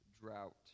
Drought